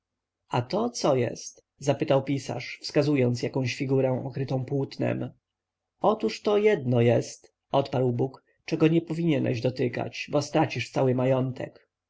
a to co jest zapytał pisarz wskazując na jakąś figurę okrytą płótnem otóż to jedno jest odparł bóg czego nie powinieneś dotykać bo stracisz cały majątek